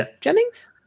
Jennings